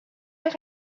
père